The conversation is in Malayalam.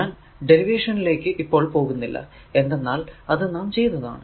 ഞാൻ ഡെറിവേഷനിലേക്കു ഇപ്പോൾ പോകുന്നില്ല എന്തെന്നാൽ അത് നാം ചെയ്തതാണ്